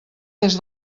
des